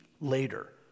later